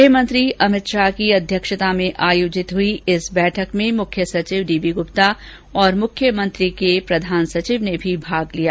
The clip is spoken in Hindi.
गृहमंत्री अमित शाह की अध्यक्षता में आयोजित हुई बैठक में मुख्य सचिव डीबीगुप्ता और मुख्यमंत्री के प्रधान सचिव ने भी भाग लिया